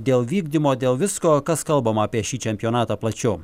dėl vykdymo dėl visko kas kalbama apie šį čempionatą plačiau